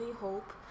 hope